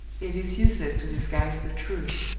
it is useless to disguise the truth,